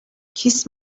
kiss